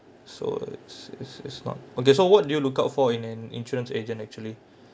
so it's it's it's not okay so what do you look out for in an insurance agent actually